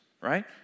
right